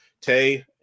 Tay